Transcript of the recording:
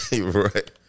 Right